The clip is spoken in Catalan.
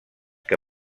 que